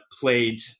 played